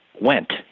went